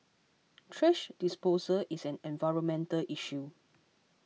thrash disposal is an environmental issue